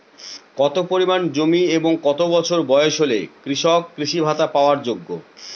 কত পরিমাণ জমি এবং কত বছর বয়স হলে কৃষক কৃষি ভাতা পাওয়ার যোগ্য?